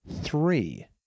three